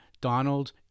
Donald